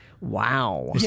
Wow